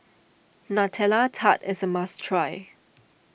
Nutella Tart is a must try